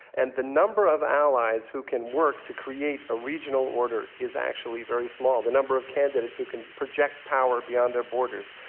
and the number of allies who can work to create a regional order is actually very small, the number of candidates who can project power beyond their borders.